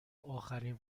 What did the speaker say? آخرین